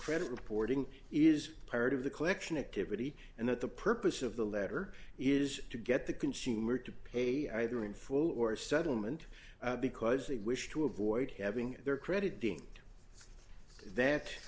credit reporting is part of the collection activity and that the purpose of the letter is to get the consumer to pay either in full or settlement because they wish to avoid having their credit d